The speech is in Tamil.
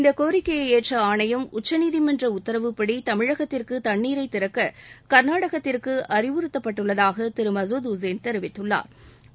இந்த கோிக்கையை ஏற்ற ஆணையம் உச்சநீதிமன்ற உத்தரவுபடி தமிழகத்திற்கு தண்ணீரை திறக்க கள்நாடகத்திற்கு அறிவுறுத்தப்பட்டுள்ளதாக திரு மசூத் உசேன் தெிவித்துள்ளாா்